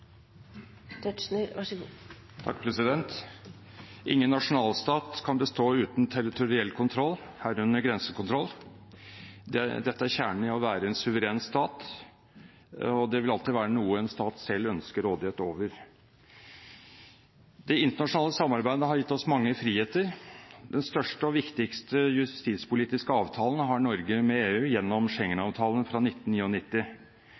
kjernen i å være en suveren stat, og det vil alltid være noe en stat selv ønsker råderett over. Det internasjonale samarbeidet har gitt oss mange friheter. Den største og viktigste justispolitiske avtalen har Norge gjennom Schengen-avtalen fra